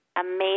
amazing